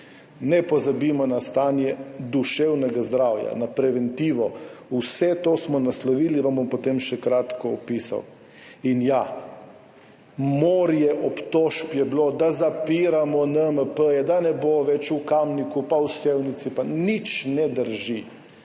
Ne pozabimo na stanje duševnega zdravja, na preventivo. Vse to smo naslovili, vam bom potem še na kratko opisal. In ja, morje obtožb je bilo, da zapiramo NMP-je, da ne bo več v Kamniku pa v Sevnici, pa nič ne drži.